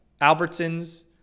Albertson's